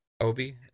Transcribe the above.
Obi